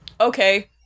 Okay